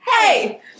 Hey